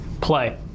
play